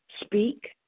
speak